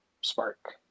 spark